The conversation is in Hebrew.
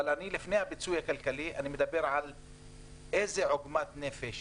אבל לפני הפיצוי הכלכלי אני מדבר על עוגמת הנפש